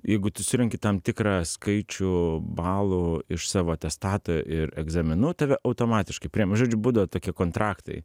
jeigu tu surenki tam tikrą skaičių balų iš savo atestato ir egzaminų tave automatiškai žodžiu būdavo tokie kontraktai